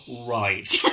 right